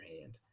hand